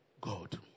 God